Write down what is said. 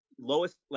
lowest